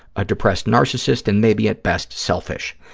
a depressed narcissist, and maybe, at best, selfish.